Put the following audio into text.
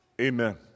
Amen